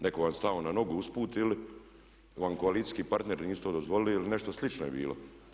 Netko vam je stao na nogu usput ili vam koalicijski partneri nisu to dozvolili ili nešto slično je bilo?